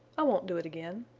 i won't do it again.